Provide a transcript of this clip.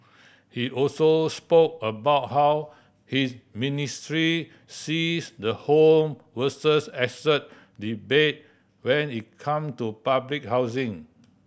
he also spoke about how his ministry sees the home versus asset debate when it come to public housing